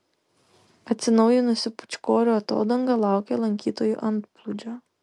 atsinaujinusi pūčkorių atodanga laukia lankytojų antplūdžio